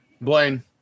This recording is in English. Blaine